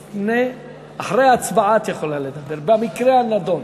אחרי ההצבעה את יכולה לדבר במקרה הנידון.